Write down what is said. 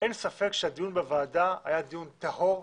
אין ספק שהדיון בוועדה היה דיון טהור,